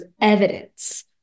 evidence